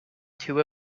two